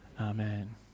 Amen